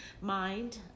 mind